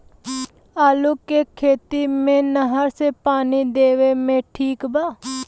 आलू के खेती मे नहर से पानी देवे मे ठीक बा?